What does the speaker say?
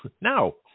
No